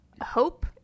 hope